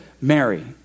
Mary